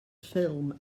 ffilm